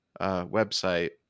website